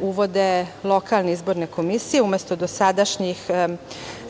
uvode lokalne izborne komisije, umesto dosadašnjih